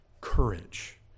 courage